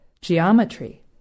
geometry